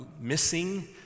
missing